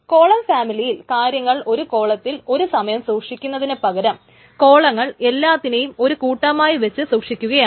column ഫാമിലിയിൽ കാര്യങ്ങൾ ഒരു കോളത്തിൽ ഒരു സമയം സൂക്ഷിക്കുന്നതിനു പകരം കോളങ്ങൾ എല്ലാത്തിനേയും ഒരു കൂട്ടമായി വച്ച് സൂക്ഷികുകയാണ്